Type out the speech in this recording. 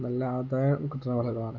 നല്ല ആദായം കിട്ടുന്ന വിളവാണ്